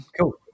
Cool